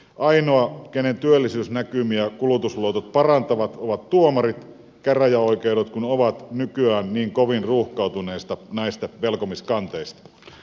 ainoa kenen työllisyysnäkymiä kulutusluotot parantavat ovat tuomarit käräjäoikeudet kun ovat nykyään niin kovin ruuhkautuneita näistä velkomiskanteista